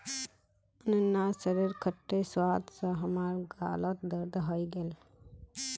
अनन्नासेर खट्टे स्वाद स हमार गालत दर्द हइ गेले